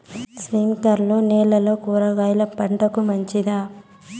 స్ప్రింక్లర్లు నీళ్లతో కూరగాయల పంటకు మంచిదా?